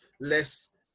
less